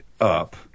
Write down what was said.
up